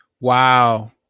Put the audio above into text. Wow